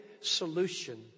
solution